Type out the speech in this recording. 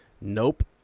Nope